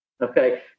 Okay